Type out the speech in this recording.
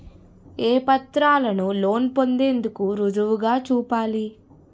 ఏ పత్రాలను లోన్ పొందేందుకు రుజువుగా చూపాలి?